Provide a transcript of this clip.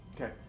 Okay